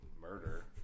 murder